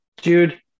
Dude